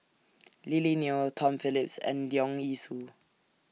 Lily Neo Tom Phillips and Leong Yee Soo